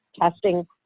testing